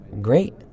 Great